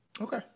Okay